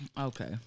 Okay